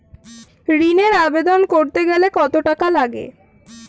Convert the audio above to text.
ঋণের আবেদন করতে গেলে কত টাকা লাগে?